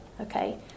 Okay